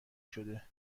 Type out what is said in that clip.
شده